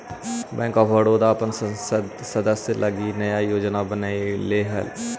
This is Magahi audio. बैंक ऑफ बड़ोदा अपन सदस्य लगी नया योजना बनैले हइ